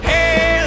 Hey